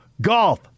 golf